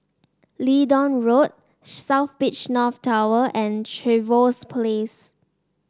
Leedon Road South Beach North Tower and Trevose Place